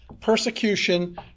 persecution